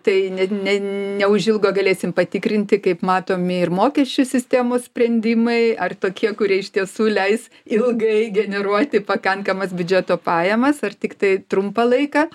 tai ne ne neužilgo galėsim patikrinti kaip matomi ir mokesčių sistemos sprendimai ar tokie kurie iš tiesų leis ilgai generuoti pakankamas biudžeto pajamas ar tiktai trumpą laiką